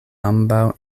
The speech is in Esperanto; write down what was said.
ambaŭ